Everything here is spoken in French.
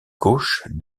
gauche